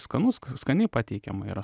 skanu sk skaniai pateikiama yra